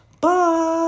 Bye